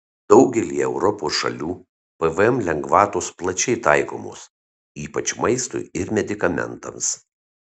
daugelyje europos šalių pvm lengvatos plačiai taikomos ypač maistui ir medikamentams